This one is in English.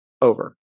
over